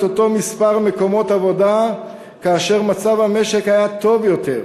אותו מספר מקומות עבודה כאשר מצב המשק היה טוב יותר,